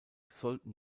sollten